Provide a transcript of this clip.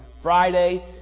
Friday